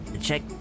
Check